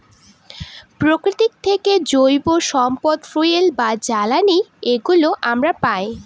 প্রকৃতি থেকে জৈব সম্পদ ফুয়েল বা জ্বালানি এগুলো আমরা পায়